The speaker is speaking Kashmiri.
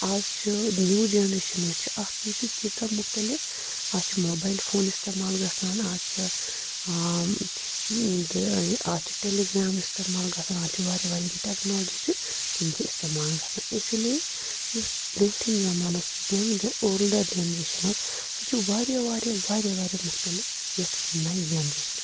اَز چھُ نِیوٗ جَنٛریشن یۅس چھِ اکھ یہِ چھِ تیٖژاہ مُختِلِف اَز چھِ موٗبایِٔل فون اِستعمال گَژھان اَز چھِ یِم تہٕ اَز چھِ ٹیلی گرٛامَس تہِ اِستعمال گَژھان اَز چھِ واریاہ واریاہ یِم ٹؠکنالوجی چھِ تِم چھِ اِستعمال گَژھان اِسلیے یُس برٛوٗنٛٹھِم زَمانہٕ اوس یِم جَنٛ اولڈر جَنٛریشنہِ ٲس سُہ چھِ واریاہ واریاہ واریاہ واریاہ مُختِلِف یَتھ نَیہِ جَنٛریشنہِ کھۄتہٕ